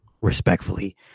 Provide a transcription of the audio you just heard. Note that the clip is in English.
respectfully